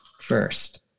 first